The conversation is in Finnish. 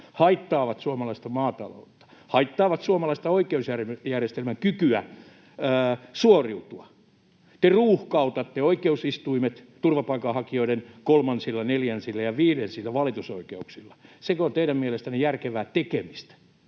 haittaavat suomalaista maataloutta, haittaavat suomalaisen oikeusjärjestelmän kykyä suoriutua. Te ruuhkautatte oikeusistuimet turvapaikanhakijoiden kolmansilla, neljänsillä ja viidensillä valitusoikeuksilla. Sekö on teidän mielestänne järkevää tekemistä?